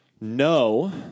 No